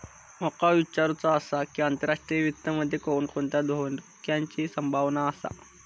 माका विचारुचा आसा की, आंतरराष्ट्रीय वित्त मध्ये कोणकोणत्या धोक्याची संभावना आसा?